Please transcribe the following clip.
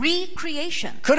recreation